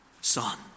son